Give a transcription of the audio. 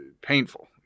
painful